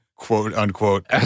quote-unquote